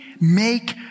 make